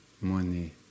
money